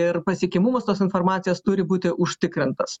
ir pasiekiamumas tos informacijos turi būti užtikrintas